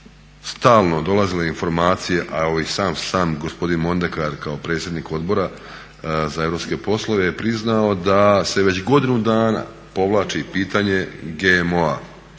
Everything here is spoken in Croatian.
stalno dolazile informacije a evo i sam gospodin Mondekar kao predsjednik Odbora za europske poslove je priznao da se već godinu dana povlači pitanje GMO-a,